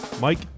Mike